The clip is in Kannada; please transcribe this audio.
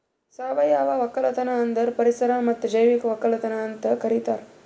ಸಾವಯವ ಒಕ್ಕಲತನ ಅಂದುರ್ ಪರಿಸರ ಮತ್ತ್ ಜೈವಿಕ ಒಕ್ಕಲತನ ಅಂತ್ ಕರಿತಾರ್